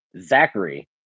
zachary